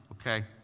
okay